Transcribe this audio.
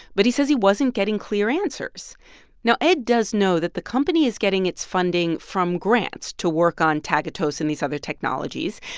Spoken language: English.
but he says he wasn't getting clear answers now ed does know that the company is getting its funding from grants to work on tagatose and these other technologies.